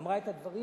אמרה את הדברים,